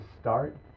start